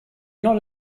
not